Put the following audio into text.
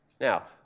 Now